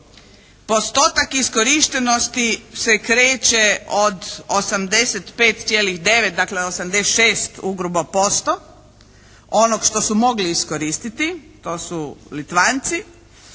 postotak iskorištenosti se kreće od 85,9, dakle 86 u grubo posto onog što su mogli iskoristiti, to su Litvanci,